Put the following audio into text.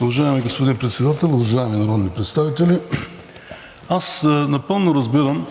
Уважаеми господин Председател, уважаеми народни представители! Напълно разбирам